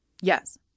Yes